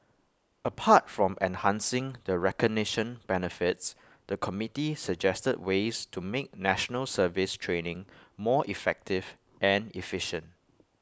apart from enhancing the recognition benefits the committee suggested ways to make National Service training more effective and efficient